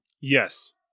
Yes